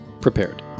prepared